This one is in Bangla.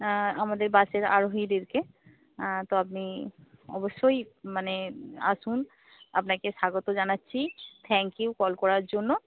আমাদের বাসের আরোহীদেরকে তো আপনি অবশ্যই মানে আসুন আপনাকে স্বাগত জানাচ্ছি থ্যাংক ইউ কল করার জন্য